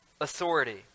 authority